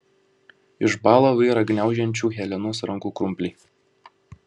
išbąla vairą gniaužiančių helenos rankų krumpliai